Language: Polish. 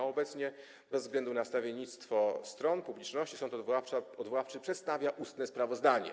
Obecnie bez względu na stawiennictwo stron i publiczności sąd odwoławczy przedstawia ustne sprawozdanie.